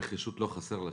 נחישות לא חסרה לך,